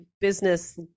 business